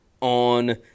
on